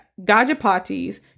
Gajapatis